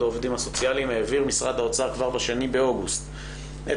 העובדים הסוציאליים העביר משרד האוצר כבר ב-2 באוגוסט את